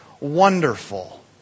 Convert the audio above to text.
wonderful